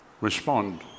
respond